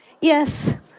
Yes